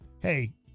hey